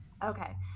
Okay